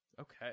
Okay